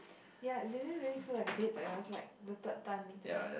ya did you really feel like a date but it was like the third time meeting up